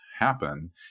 happen